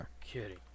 Kidding